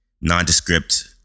nondescript